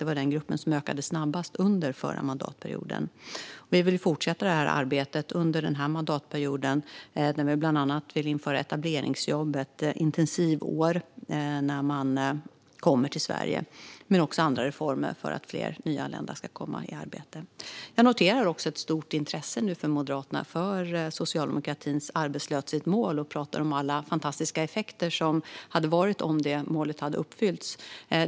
Det var den gruppen som ökade snabbast under förra mandatperioden. Vi vill fortsätta det arbetet under den här mandatperioden, då vi bland annat vill införa etableringsjobb - ett intensivår när man kommer till Sverige - men också andra reformer för att fler nyanlända ska komma i arbete. Jag noterar också ett stort intresse hos Moderaterna för socialdemokratins arbetslöshetsmål. Man talar om alla fantastiska effekter som hade uppstått om det målet hade uppfyllts.